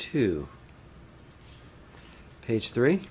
to page three